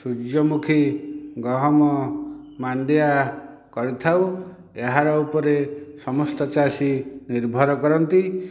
ସୂର୍ଯ୍ୟମୁଖୀ ଗହମ ମାଣ୍ଡିଆ କରିଥାଉ ଏହାର ଉପରେ ସମସ୍ତ ଚାଷୀ ନିର୍ଭର କରନ୍ତି